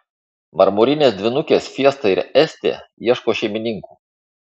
marmurinės dvynukės fiesta ir estė ieško šeimininkų